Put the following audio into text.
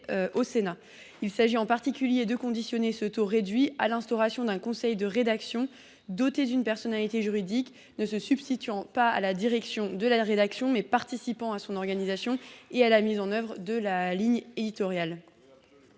au Sénat. Il s’agit en particulier de conditionner ce taux réduit à l’instauration d’un conseil de rédaction doté d’une personnalité juridique ne se substituant pas à la direction de la rédaction, mais participant à son organisation et à la mise en œuvre de la ligne éditoriale.